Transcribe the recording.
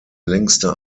längste